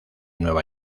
nueva